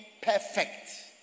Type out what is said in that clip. perfect